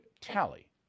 tally